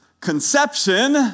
conception